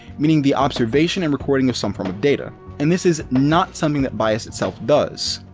meaning the observation and recording of some form of data. and this is not something that bias itself does.